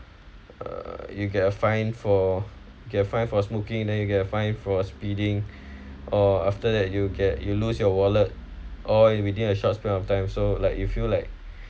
uh you get a fine for you get fined for smoking and then you get a fine for speeding or after that you get you lose your wallet or within a short period of time so like you feel like